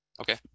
Okay